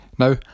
Now